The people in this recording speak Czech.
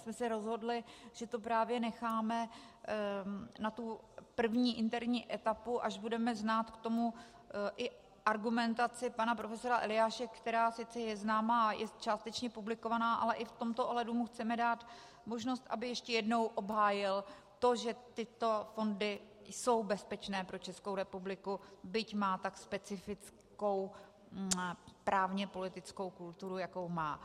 My jsme se rozhodli, že to právě necháme na první interní etapu, až k tomu budeme znát i argumentaci pana profesora Eliáše, která sice je známa a je částečně publikovaná, ale i v tomto ohledu mu chceme dát možnost, aby ještě jednou obhájil to, že tyto fondy jsou bezpečné pro Českou republiku, byť má tak specifickou právněpolitickou kulturu, jakou má.